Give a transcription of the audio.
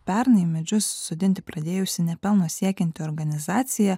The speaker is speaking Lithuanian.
pernai medžius sodinti pradėjusi nepelno siekianti organizacija